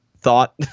thought